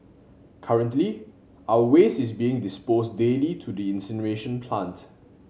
currently our waste is being disposed daily to the incineration plant